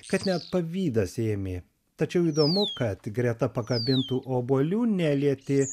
kad net pavydas ėmė tačiau įdomu kad greta pakabintų obuolių nelietė